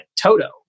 Toto